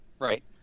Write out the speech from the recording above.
Right